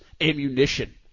ammunition